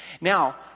Now